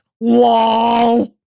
wall